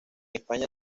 españa